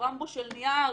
רמבו של נייר.